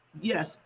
yes